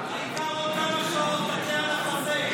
חינם, העיקר שבעוד כמה שעות תכה על החזה.